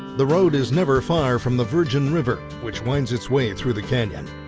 the road is never far from the virgin river which winds its way through the canyon.